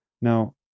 Now